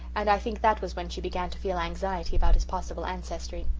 and i think that was when she began to feel anxiety about his possible ancestry.